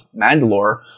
Mandalore